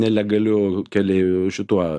nelegaliu keleiviu šituo